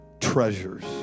treasures